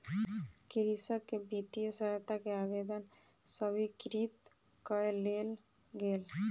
कृषक के वित्तीय सहायता के आवेदन स्वीकृत कय लेल गेल